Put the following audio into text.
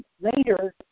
later